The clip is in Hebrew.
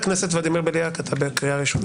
חבר הכנסת ולדימיר בליאק, אתה בקריאה ראשונה.